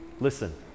Listen